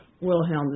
Wilhelm